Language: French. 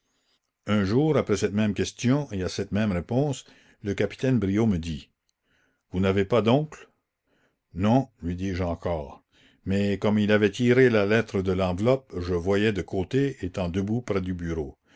un jour après cette même question et à cette même réponse le capitaine briot me dit vous n'avez pas d'oncle non lui dis-je encore mais comme il avait tiré la lettre de l'enveloppe je voyais de côté étant debout près du bureau